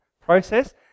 process